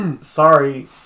sorry